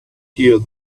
here